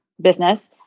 business